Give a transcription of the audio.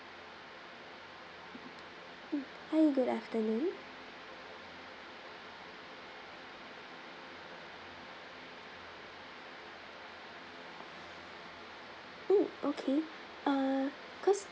mm hi good afternoon mm okay err cause